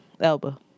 Elba